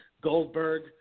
Goldberg